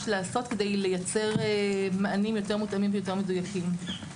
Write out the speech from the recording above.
לעשות כדי לייצר מענים יותר מותאמים ויותר מדויקים.